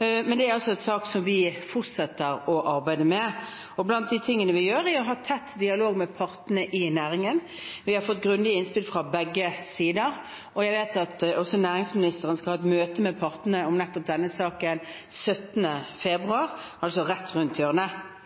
Men det er altså en sak vi fortsetter å arbeide med. Blant de tingene vi gjør, er å ha tett dialog med partene i næringen. Vi har fått grundige innspill fra begge sider, og jeg vet at også næringsministeren skal ha et møte med partene om nettopp denne saken 17. februar, altså rett rundt hjørnet.